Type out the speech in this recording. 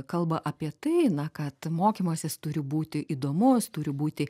kalba apie tai na kad mokymasis turi būti įdomus turi būti